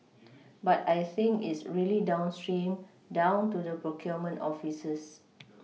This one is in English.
but I think it's really downstream down to the procurement offices